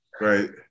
Right